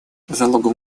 залогом